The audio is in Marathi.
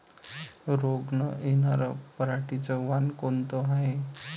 रोग न येनार पराटीचं वान कोनतं हाये?